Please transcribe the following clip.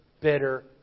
bitter